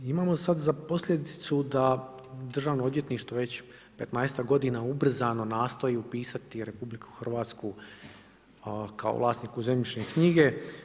I imamo sada za posljedicu da Državno odvjetništvo već 15-ak godina ubrzano nastoji upisati RH kao vlasnik u zemljišne knjige.